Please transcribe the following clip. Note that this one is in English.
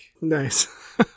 Nice